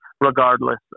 regardless